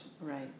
right